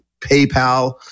PayPal